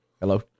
Hello